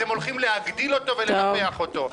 אתם הולכים להגדיל ולנפח אותו.